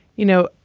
you know,